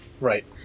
right